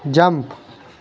jump